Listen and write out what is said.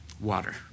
water